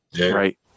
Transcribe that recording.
right